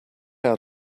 out